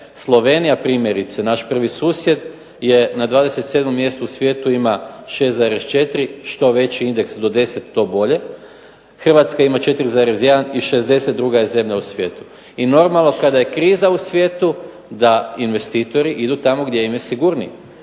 Slovenija primjerice, naš prvi susjed je na 27. mjestu u svijetu, ima 6,4 što već indeks do 10 to bolje, Hrvatska ima 4,1 i 62. je zemlja u svijetu. I normalno kada je kriza u svijetu da investitori idu tamo gdje im je sigurnije,